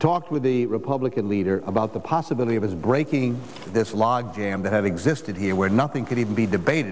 talked with the republican leader about the possibility of us breaking this logjam that have existed here where nothing could even be debate